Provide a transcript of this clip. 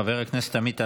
חבר הכנסת עמית הלוי,